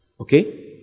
Okay